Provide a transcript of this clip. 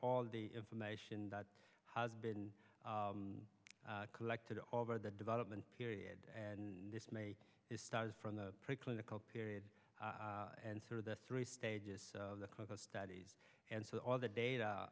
all the information that has been collected over the development period and this may started from the pre clinical period and sort of the three stages of a studies and so all the data